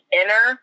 inner